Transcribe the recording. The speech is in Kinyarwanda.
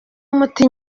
muti